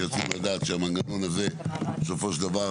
כי רצינו לדעת שהמנגנון הזה בסופו של דבר